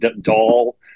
doll